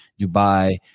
Dubai